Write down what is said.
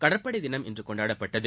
கடற்படை தினம் இன்று கொண்டாடப்பட்டது